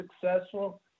successful